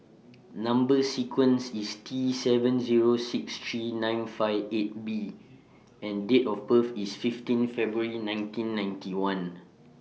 Number sequence IS T seven Zero six three nine five eight B and Date of birth IS fifteen February nineteen ninety one